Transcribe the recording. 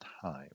time